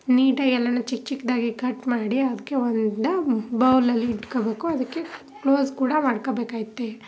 ನೀಟಾಗಿ ಎಲ್ಲನೂ ಚಿಕ್ಕ ಚಿಕ್ಕದಾಗಿ ಕಟ್ ಮಾಡಿ ಅದಕ್ಕೆ ಒಂದು ಬೌಲಲ್ಲಿ ಇಟ್ಕೊಳ್ಬೇಕು ಅದಕ್ಕೆ ಕ್ಲೋಸ್ ಕೂಡ ಮಾಡ್ಕೊಳ್ಬೇಕೈತೆ